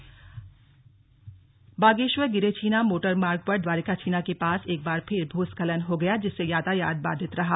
भूस्खलन बागेश्वर बागेश्वर गिरेछीना मोटर मार्ग पर द्वारिकाछीना के पास एक बार फिर भूस्खलन हो गया जिससे यातायात बाधित रहा